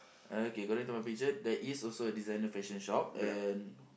okay according to my picture there is also a designer fashion shop and